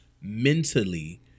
mentally